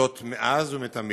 זאת מאז ומתמיד.